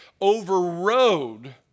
overrode